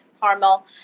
caramel